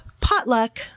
Potluck